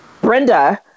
Brenda